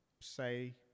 say